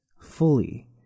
fully